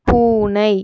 பூனை